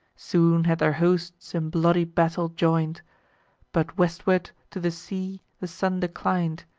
soon had their hosts in bloody battle join'd but westward to the sea the sun declin'd.